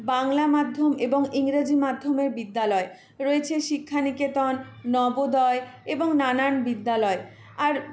বাংলা মাধ্যম এবং ইংরাজি মাধ্যমের বিদ্যালয় রয়েছে শিক্ষা নিকেতন নবোদয় এবং নানান বিদ্যালয় আর